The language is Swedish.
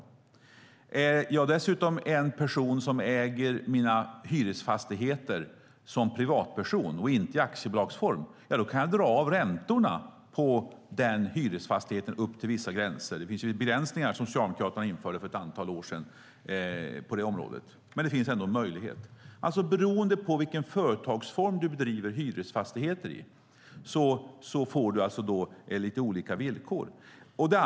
Om jag dessutom är en person som äger en hyresfastighet som privatperson och inte i aktiebolagsform kan jag dra av räntorna på hyresfastigheten upp till vissa gränser. På det området finns begränsningar som Socialdemokraterna införde för ett antal år sedan, men det finns ändå en möjlighet. Beroende på vilken företagsform du bedriver hyresfastigheter i får du alltså lite olika villkor.